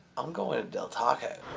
i'm going to del taco.